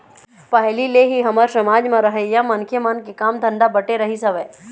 पहिली ले ही हमर समाज म रहइया मनखे मन के काम धंधा बटे रहिस हवय